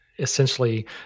essentially